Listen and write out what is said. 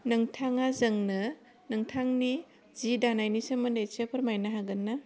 नोंथाङा जोंनो नोंथांनि जि दानायनि सोमोन्दै एसे फोरमायनो हागोन ना